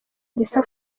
gisa